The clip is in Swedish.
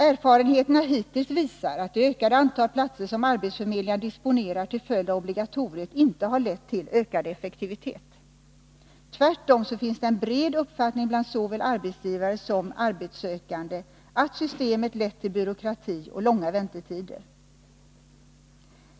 Erfarenheterna hittills visar att det ökade antal platser som arbetsförmedlingarna disponerar till följd av obligatoriet inte har lett till ökad effektivitet. Tvärtom finns det en bred uppfattning bland såväl arbetsgivare som arbetssökande att systemet lett till byråkrati och långa väntetider.